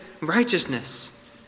righteousness